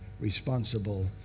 responsible